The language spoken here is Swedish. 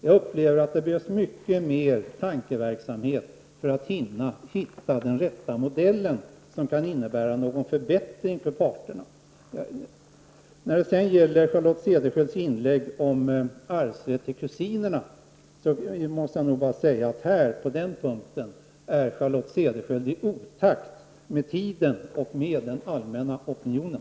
Jag menar att man behöver lägga ned mycket mer tankeverksamhet på att hitta den modell som kan innebära en förbättring för parterna. När det gäller Charlotte Cederschiölds inlägg om arvsrätt för kusiner måste jag säga att hon på den punkten är i otakt med tiden och med den allmänna opinionen.